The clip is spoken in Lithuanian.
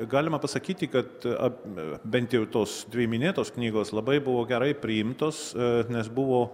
galima pasakyti kad bent jau tos dvi minėtos knygos labai buvo gerai priimtos nes buvo